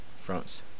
France